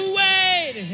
wait